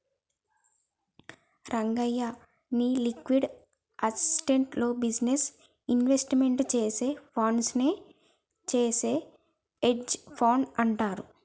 రంగయ్య, నీ liquid assets లో business investment చేసే ఫండ్స్ నే చేసే హెడ్జె ఫండ్ అంటారు